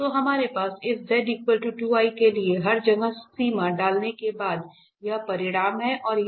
तो हमारे पास इस z 2 i के लिए हर जगह सीमा डालने के बाद यह परिणाम है और यह